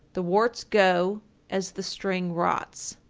the warts go as the string rots.